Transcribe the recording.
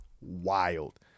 wild